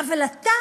אבל אתה,